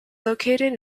located